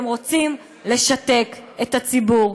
אתם רוצים לשתק את הציבור.